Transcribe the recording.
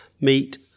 Meet